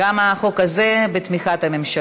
לוועדת החינוך, התרבות והספורט להכנה לקריאה